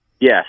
Yes